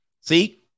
See